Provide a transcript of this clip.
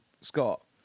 Scott